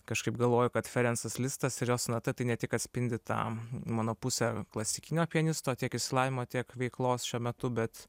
kažkaip galvoju kad ferencas listas ir jo sonata tai ne tik atspindi tą mano pusę klasikinio pianisto tiek išsilavinimo tiek veiklos šiuo metu bet